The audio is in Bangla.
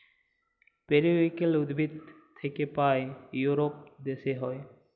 পেরিউইঙ্কেল উদ্ভিদ থাক্যে পায় ইউরোপ দ্যাশে হ্যয়